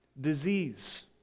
disease